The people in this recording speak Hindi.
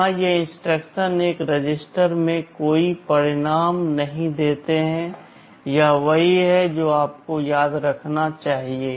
यहां ये इंस्ट्रक्शन एक रजिस्टर में कोई परिणाम नहीं देते हैं यह वही है जो आपको याद रखना चाहिए